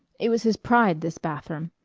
it was his pride, this bathroom.